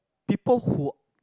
people who